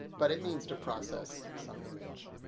but it means to process some image.